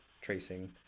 tracing